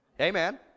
Amen